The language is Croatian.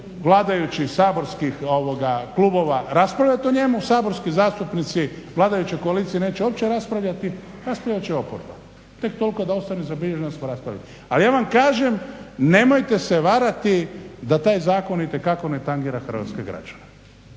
vladajućih saborskih klubova raspravljati o njemu. Saborski zastupnici vladajuće koalicije neće uopće raspravljati, raspravljat će oporba tek toliko da ostane zabilježeno da smo raspravljali. Ali ja vam kažem nemojte se varati da taj zakon itekako ne tangira hrvatske građane.